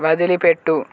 వదిలిపెట్టు